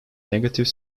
negative